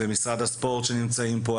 ומשרד הספורט שנמצאים פה,